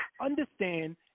understand